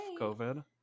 COVID